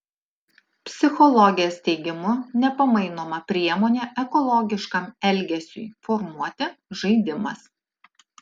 psichologės teigimu nepamainoma priemonė ekologiškam elgesiui formuoti žaidimas